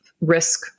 risk